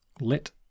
let